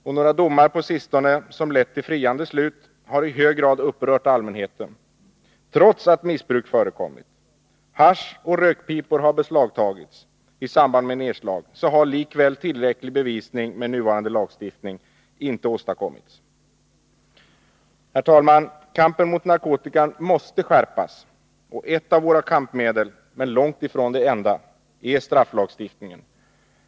Några friande domar på sistone har i hög grad upprört allmänheten. Trots att missbruk förekommit — hasch och rökpipor har beslagtagits i samband med nerslag — har tillräcklig bevisning inte kunnat åstadkommas med nuvarande lagstiftning. Herr talman! Kampen mot narkotikan måste skärpas. Ett av våra kampmedel är strafflagstiftningen. Men det är långt ifrån det enda kampmedlet.